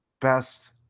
best